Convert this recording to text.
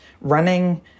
running